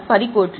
67 కోట్లు